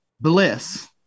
bliss